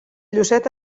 llucet